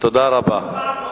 תודה רבה.